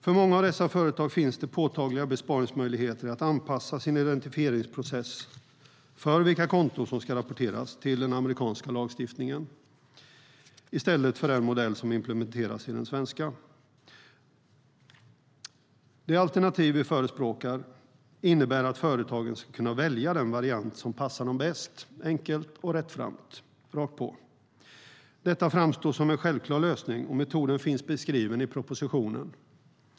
För många av dessa företag finns det påtagliga besparingsmöjligheter i att anpassa sin identifieringsprocess för vilka konton som ska rapporteras till den amerikanska lagstiftningen i stället för till den modell som implementeras i den svenska. Det alternativ vi förespråkar innebär att företagen ska kunna välja den variant som passar dem bäst - enkelt och rättframt, rakt på. Detta framstår som en självklar lösning, och metoden finns beskriven i propositionen.